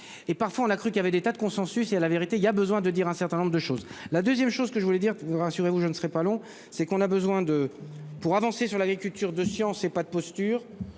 et parfois on a cru qu'il y avait des tas de consensus et à la vérité, il y a besoin de dire un certain nombre de choses. La 2ème, chose que je voulais dire tu rassurez-vous je ne serai pas long c'est qu'on a besoin de. Pour avancer sur l'agriculture de science et pas de posture